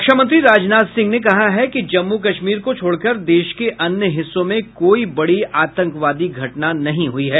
रक्षामंत्री राजनाथ सिंह ने कहा है कि जम्मू कश्मीर को छोड़कर देश के अन्य हिस्सों में कोई बड़ी आतंकवादी घटना नहीं हुई है